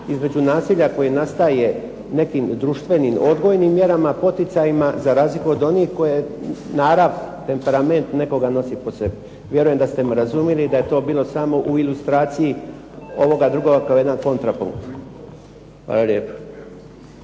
između nasilja koje nastaje nekim društvenim odgojnim mjerama, poticajima, za razliku od onih koje narav, temperament nekoga nosi po sebi. Vjerujem da ste me razumjeli i da je to bilo samo u ilustraciji ovoga drugoga kao jedan kontrapunkt. Hvala lijepa.